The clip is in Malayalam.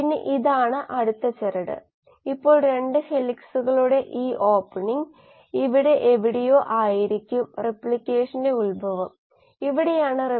നിങ്ങൾ ഈ തന്ത്രം പിന്തുടരുകയാണെങ്കിൽ S0 S0 ആയി മാറുകയാണെങ്കിൽ നമ്മൾ അതിനെ ഒഴുക്കായി കണക്കാക്കുന്നു S0 ഉള്ളിൽ മറ്റെന്തെങ്കിലും ആണെങ്കിൽ അത് ഒരു രാസപ്രവർത്തനമായി മാറുന്നു